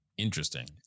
interesting